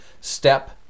step